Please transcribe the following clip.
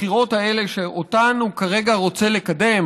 ואם נתניהו יצליח בבחירות האלה שאותן הוא כרגע רוצה לקדם,